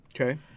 Okay